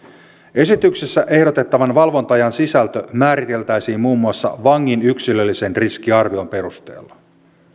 esityksessä ehdotettavan valvonta ajan sisältö määriteltäisiin muun muassa vangin yksilöllisen riskiarvion perusteella